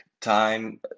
time